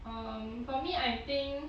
um for me I think